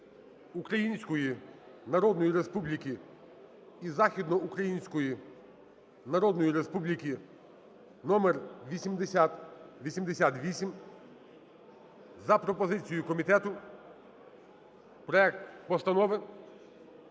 Української Народної Республіки і Західноукраїнської Народної Республіки (№8088) за пропозицією комітету проект постанови